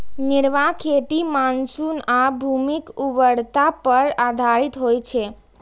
निर्वाह खेती मानसून आ भूमिक उर्वरता पर आधारित होइ छै